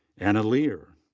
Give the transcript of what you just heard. anna leer.